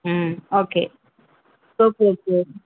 ம் okay soap இருக்குது